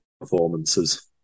performances